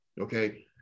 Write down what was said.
okay